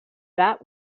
that